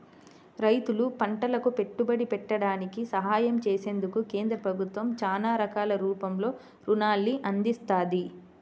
రైతులు పంటలకు పెట్టుబడి పెట్టడానికి సహాయం చేసేందుకు కేంద్ర ప్రభుత్వం చానా రకాల రూపంలో రుణాల్ని అందిత్తంది